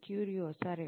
క్యూరియో సరే